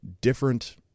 different